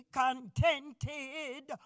contented